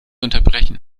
unterbrechen